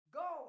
go